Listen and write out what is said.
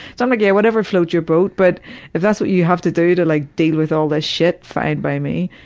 so i'm like, yeah, whatever floats your boat but if that's what you have to do to like deal with all this shit fine by me.